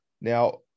Now